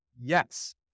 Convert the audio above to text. yes